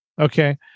Okay